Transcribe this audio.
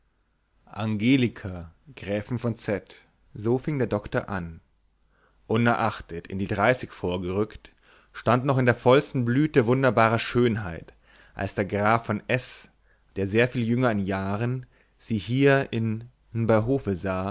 angelika gräfin von z so fing der doktor an unerachtet in die dreißig vorgerückt stand noch in der vollsten blüte wunderbarer schönheit als der graf von s der viel jünger an jahren sie hier in